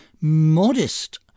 Modest